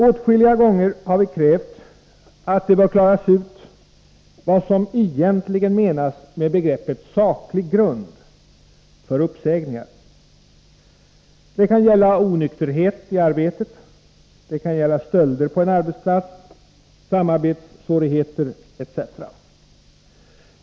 Åtskilliga gånger har vi krävt att det bör klaras ut vad som egentligen menas med begreppet ”saklig grund” för uppsägningar. Det kan gälla onykterhet i arbetet, det kan gälla stölder på en arbetsplats, samarbetssvårigheter etc.